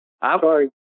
Sorry